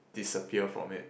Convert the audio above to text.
disappear from it